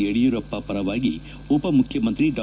ಯಡಿಯೂರಪ್ಪ ಪರವಾಗಿ ಉಪಮುಖ್ಯಮಂತ್ರಿ ಡಾ